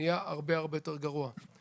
נהיה הרבה יותר גרוע.